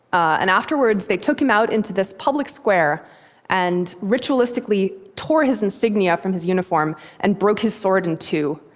and afterwards, they took him out into this public square and ritualistically tore his insignia from his uniform and broke his sword in two.